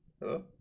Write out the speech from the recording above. Hello